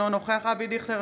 אינו נוכח אבי דיכטר,